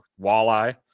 walleye